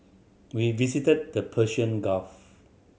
we visited the Persian Gulf